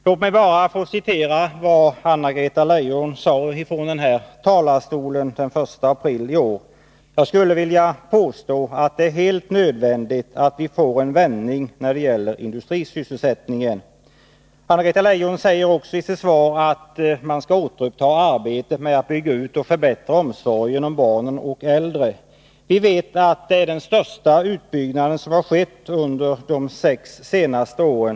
Låt mig få citera vad Anna-Greta Leijon sade från riksdagens talarstol den 1 april i år: ”Jag skulle vilja påstå att det är helt nödvändigt att vi får en vändning när det gäller industrisysselsättningen.” Anna-Greta Leijon säger också i sitt svar här i dag: ”Det gäller nu att återuppta arbetet med att bygga ut och förbättra omsorgen om barnen och de äldre.” Vi vet att den största utbyggnaden har skett under de sex senaste åren.